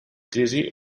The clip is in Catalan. crisi